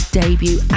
debut